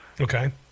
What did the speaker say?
Okay